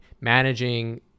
managing